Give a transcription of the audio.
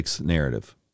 narrative